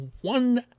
one